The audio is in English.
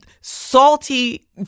salty